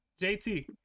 JT